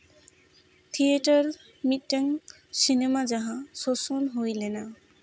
theatre ᱢᱤᱫᱴᱮᱱ cinema ᱡᱟᱦᱟᱸ ᱥᱳᱥᱚᱱ ᱦᱩᱭ ᱞᱮᱱᱟ